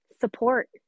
support